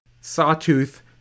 sawtooth